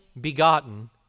begotten